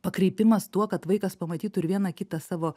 pakreipimas tuo kad vaikas pamatytų ir vieną kitą savo